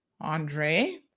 Andre